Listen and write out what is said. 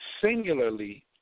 singularly